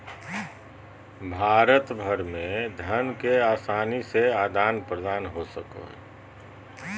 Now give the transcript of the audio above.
भारत भर में धन के आसानी से अंतरण हो सको हइ